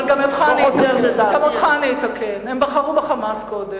אבל גם אותך אני אתקן: הם בחרו ב"חמאס" קודם,